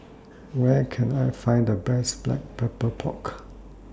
Where Can I Find The Best Black Pepper Pork